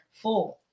Four